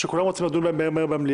שכולם רוצים לדון בהם מהר במליאה,